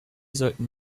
sollten